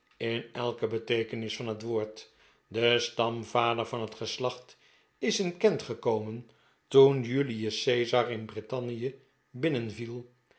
in elke beteekenis van het woord de stamvader yaft het geslacht is in kent gekomen toen julius caesar in brittannie binnenviel